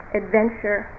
adventure